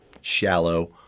shallow